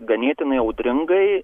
ganėtinai audringai